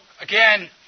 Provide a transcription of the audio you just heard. again